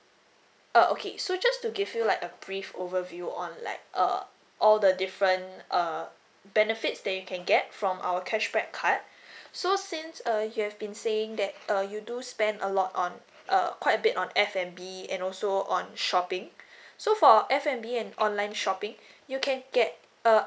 oh okay so just to give you like a brief overview on like uh all the different uh benefits that you can get from our cashback card so since uh you have been saying that uh you do spend a lot on uh quite a bit on F&B and also on shopping so for F&B and online shopping you can get uh